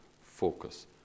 focus